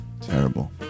Terrible